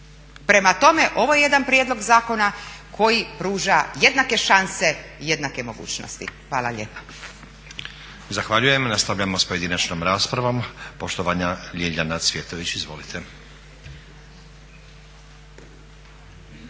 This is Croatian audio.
Prema tome, ovo je jedan prijedlog zakona koji pruža jednake šanse i jednake mogućnosti. Hvala lijepa.